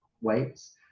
weights